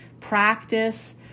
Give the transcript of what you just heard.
practice